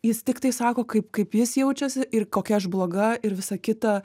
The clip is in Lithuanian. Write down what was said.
jis tiktai sako kaip kaip jis jaučiasi ir kokia aš bloga ir visa kita